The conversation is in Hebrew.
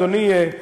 אדוני,